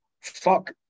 Fuck